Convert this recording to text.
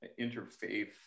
interfaith